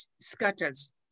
scatters